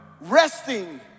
resting